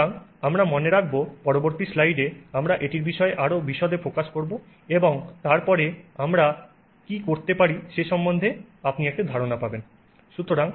সুতরাং আমরা মনে রাখব পরবর্তী স্লাইডে আমরা এটির বিষয়ে আরো বিশদে ফোকাস করব এবং তারপরে আমরা কি করতে পারি সে সম্বন্ধে আপনি একটি ধারণা পাবেন